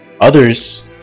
Others